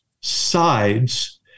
sides